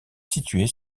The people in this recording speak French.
située